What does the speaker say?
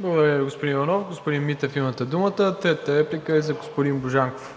ПРЕДСЕДАТЕЛ МИРОСЛАВ ИВАНОВ: Благодаря Ви, господин Иванов. Господин Митев, имате думата. Третата реплика е за господин Божанков.